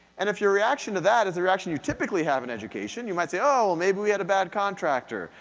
and if your reaction to that is the reaction you typically have in education, you might say oh, well maybe we had a bad contractor,